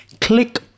Click